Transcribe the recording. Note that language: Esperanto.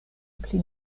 pli